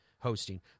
hosting